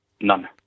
None